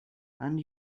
and